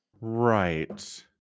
Right